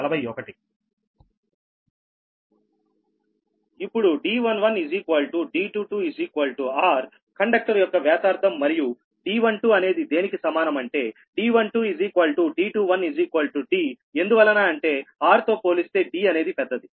ఇప్పుడు d11d22r conductor యొక్క వ్యాసార్థం మరియు d12 అనేది దేనికి సమానం అంటే d12 d21d ఎందువలన అంటే r తో పోలిస్తే d అనేది పెద్దది